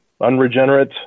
unregenerate